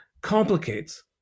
complicates